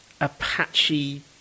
Apache